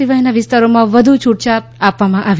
સિવાયના વિસ્તારોમાં વધુ છુટછાટ આપવામાં આવી